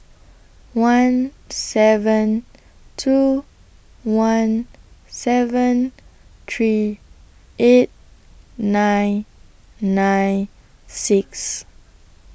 one seven two one seven three eight nine nine six